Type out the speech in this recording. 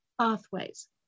pathways